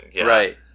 Right